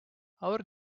our